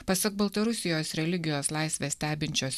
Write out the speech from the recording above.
pasak baltarusijos religijos laisvę stebinčios